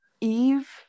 Eve